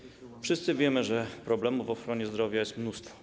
Wszyscy wiemy, że problemów w ochronie zdrowia jest mnóstwo.